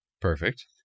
Perfect